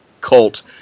cult